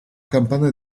campana